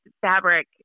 fabric